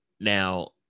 now